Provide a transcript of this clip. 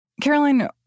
Caroline